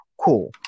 Cool